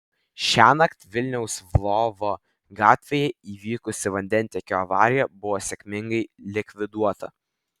šiąnakt vilniaus lvovo gatvėje įvykusi vandentiekio avarija buvo sėkmingai likviduota